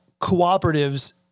cooperatives